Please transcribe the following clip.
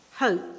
hope